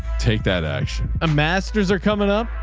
take that action. a masters are coming up.